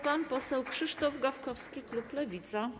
Pan poseł Krzysztof Gawkowski, klub Lewica.